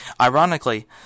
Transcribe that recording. ironically